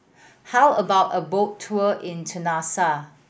how about a boat tour in Tunisia